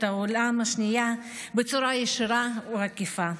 העולם השנייה בצורה ישירה או עקיפה.